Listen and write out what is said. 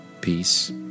peace